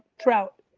trout,